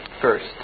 First